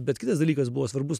bet kitas dalykas buvo svarbus